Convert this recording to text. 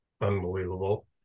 unbelievable